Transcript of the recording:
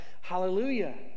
Hallelujah